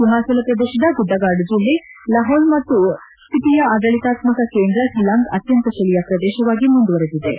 ಹಿಮಾಚಲ ಪ್ರದೇಶದ ಗುಡ್ಡಗಾಡು ಜಿಲ್ಲೆ ಲಹೌಲ್ ಮತ್ತು ಸ್ವಿಟಿಯ ಆಡಳಿತಾತ್ತಕ ಕೇಂದ್ರ ಕಿಲಾಂಗ್ ಅತ್ಖಂತ ಚಳಿಯ ಪ್ರದೇಶವಾಗಿ ಮುಂದುವರಿದಿವೆ